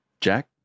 Jack